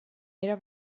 era